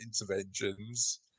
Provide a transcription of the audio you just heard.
interventions